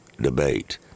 debate